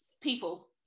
people